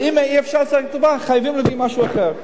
ואם אי-אפשר לספק את התרופה חייבים להביא משהו אחר.